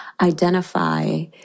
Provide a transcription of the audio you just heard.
identify